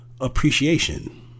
appreciation